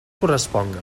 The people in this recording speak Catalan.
corresponga